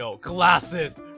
Glasses